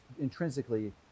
intrinsically